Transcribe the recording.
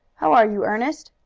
how are you, ernest?